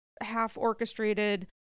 half-orchestrated